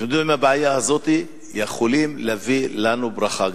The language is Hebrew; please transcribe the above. לדון בבעיה הזאת, יכולים להביא לנו ברכה גדולה.